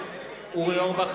(קורא בשמות חברי הכנסת)